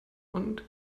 und